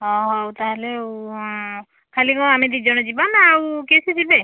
ହଉ ତାହେଲେ ଖାଲି କ'ଣ ଆମେ ଦୁଇଜଣ ଯିବା ନା ଆଉ କିଏସେ ଯିବେ